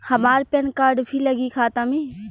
हमार PAN card भी लगी खाता में?